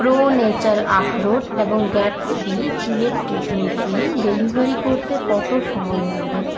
pro nature আখরোট এবং Gatsby চুলের টিটমেন্ট ক্রিম ডেলিভারি করতে কত সময় লাগবে